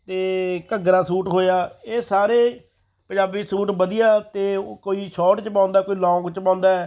ਅਤੇ ਘੱਗਰਾ ਸੂਟ ਹੋਇਆ ਇਹ ਸਾਰੇ ਪੰਜਾਬੀ ਸੂਟ ਵਧੀਆ ਅਤੇ ਕੋਈ ਸ਼ੋਟ 'ਚ ਪਾਉਂਦਾ ਕੋਈ ਲੌਂਗ 'ਚ ਪਾਉਂਦਾ